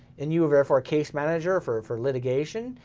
and you are therefore a case manager for for litigation,